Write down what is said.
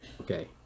Okay